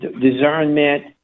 discernment